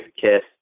kiss